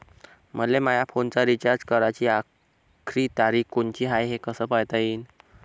मले माया फोनचा रिचार्ज कराची आखरी तारीख कोनची हाय, हे कस पायता येईन?